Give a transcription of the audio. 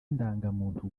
indangamuntu